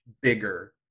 bigger